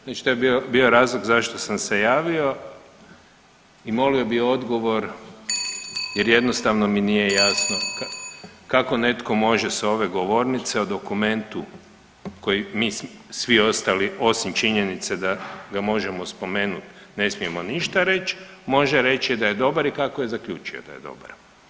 Znači to je bio razlog zašto sam se javio i molio bi odgovor jer jednostavno mi nije jasno kako netko može s ove govornice o dokumentu koji mi smo svi ostali osim činjenice da ga možemo spomenut ne smijemo ništa reći, može reći da je dobar i kako je zaključio da je dobar.